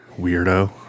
Weirdo